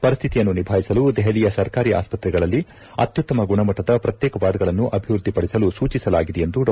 ಪರಿಶ್ವಿತಿಯನ್ನು ನಿಭಾಯಿಸಲು ದೆಹಲಿಯ ಸರ್ಕಾರಿ ಆಸ್ಪತ್ರೆಗಳಲ್ಲಿ ಅಶ್ಲುತ್ತಮ ಗುಣಮಟ್ಟದ ಪ್ರತ್ಯೇಕ ವಾರ್ಡ್ಗಳನ್ನು ಅಭಿವೃದ್ದಿಪಡಿಸಲು ಸೂಚಿಸಲಾಗಿದೆ ಎಂದು ಡಾ